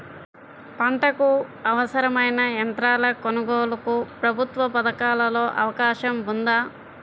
పంటకు అవసరమైన యంత్రాల కొనగోలుకు ప్రభుత్వ పథకాలలో అవకాశం ఉందా?